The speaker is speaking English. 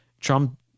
Trump